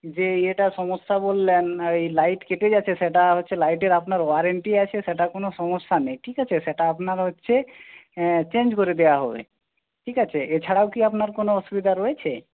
যে ইয়েটার সমস্যা বললেন এই লাইট কেটে যাচ্ছে সেটা হচ্ছে লাইটের আপনার ওয়ারেন্টি আছে সেটা কোনো সমস্যা নেই ঠিক আছে সেটা আপনার হচ্ছে চেঞ্জ করে দেওয়া হবে ঠিক আছে এছাড়াও কি আপনার কোনো অসুবিধা রয়েছে